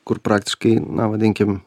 kur praktiškai na vadinkim